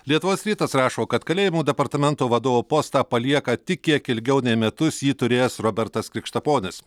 lietuvos rytas rašo kad kalėjimų departamento vadovo postą palieka tik kiek ilgiau nei metus jį turėjęs robertas krikštaponis